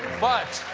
but